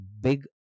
big